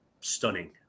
stunning